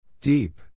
Deep